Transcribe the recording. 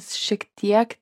šiek tiek